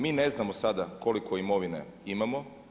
Mi ne znamo sada koliko imovine imamo.